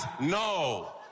no